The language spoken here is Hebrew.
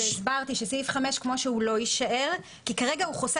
הסברתי שסעיף (5) כמו שהוא לא יישאר כי כרגע הוא חוסה